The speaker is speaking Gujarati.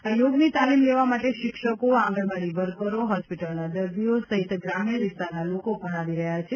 આ યોગની તાલિમ લેવા માટે શિક્ષકોઆંગણવાડી વર્કરોહોસ્પિટલના દર્દીઓ સહિત ગ્રામિણ વિસ્તારના લોકો પણ આવી રહ્યા છે